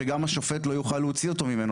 שגם השופט לא יוכל להוציא אותו ממנו.